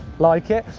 like it?